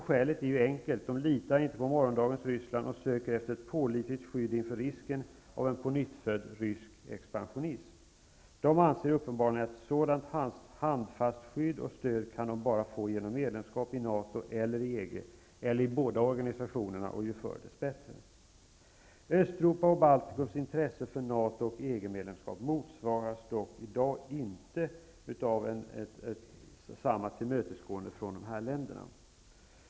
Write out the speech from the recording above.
Skälet är enkelt: de litar inte på morgondagens Ryssland och söker efter ett pålitligt skydd inför risken av en pånyttfödd rysk expansionism. De anser uppenbarligen att ett sådant handfast skydd och stöd kan de bara få genom medlemskap i NATO eller EG, eller i båda organisationerna, och ju förr dess bättre. Östeuropas och Baltikums intresse för NATO och EG-medlemskap motsvaras dock inte i dag av samma tillmötesgående från NATO och EG länderna.